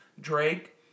Drake